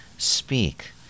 Speak